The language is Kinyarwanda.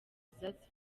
zifata